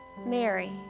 Mary